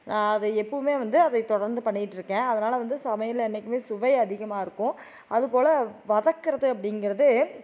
நான் அது எப்போதுமே வந்து அதை தொடர்ந்து பண்ணிகிட்டுருக்கேன் அதனால் வந்து சமையலில் என்னைக்கிமே சுவை அதிகமாக இருக்கும் அது போல் வதக்குறது அப்படிங்கறது